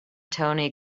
tony